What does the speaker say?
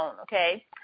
okay